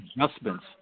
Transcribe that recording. adjustments